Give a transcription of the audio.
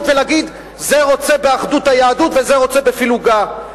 ולהגיד: זה רוצה באחדות היהדות וזה רוצה בפילוגה.